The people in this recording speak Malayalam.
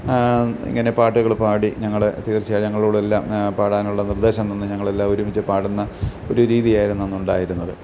ഇങ്ങനെ പാട്ടുകൾ പാടി ഞങ്ങൾ തീർച്ചയായും ഞങ്ങളോടെല്ലാം പാടാനുള്ള നിർദ്ദേശം തന്ന് ഞങ്ങളെല്ലാവരും ഒരുമിച്ച് പാടുന്ന ഒരു രീതിയായിരുന്നു അന്നുണ്ടായിരുന്നത്